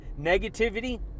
negativity